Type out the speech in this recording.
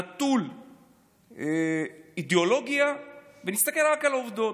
נטול אידיאולוגיה, ונסתכל רק על העובדות.